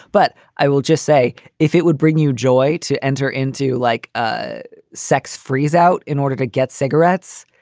but i will just say if it would bring you joy to enter into like ah sex freeze out in order to get cigarettes,